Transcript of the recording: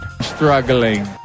Struggling